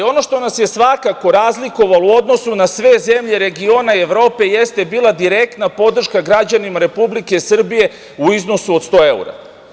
Ono što nas je svakako razlikovalo u odnosu na sve zemlje regiona i Evrope jeste bila direktna podrška građanima Republike Srbije u iznosu od 100 evra.